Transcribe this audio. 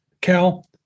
Cal